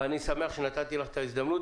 אני שמח שנתתי לך את ההזדמנות,